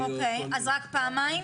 אז רק פעמיים?